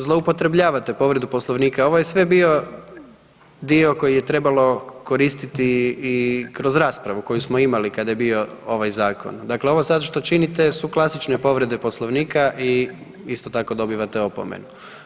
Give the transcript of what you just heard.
Zloupotrebljavate povredu Poslovnika, ovo je sve bio dio koji je trebalo koristiti kroz raspravu koju smo imali kada je bio ovaj zakon. dakle, ovo sad što činite su klasične povrede Poslovnika i isto tako dobivate opomenu.